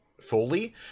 fully